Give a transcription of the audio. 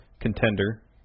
contender